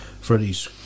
Freddie's